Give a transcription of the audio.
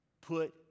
Put